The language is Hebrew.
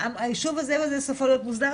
היישוב הזה והזה סופו להיות מוסדר,